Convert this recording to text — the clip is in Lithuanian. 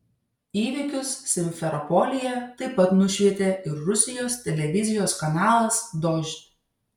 įvykius simferopolyje taip pat nušvietė ir rusijos televizijos kanalas dožd